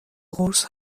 قرص